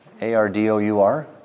A-R-D-O-U-R